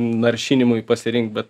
naršinimui pasirinkti bet